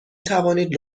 توانید